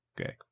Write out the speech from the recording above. Okay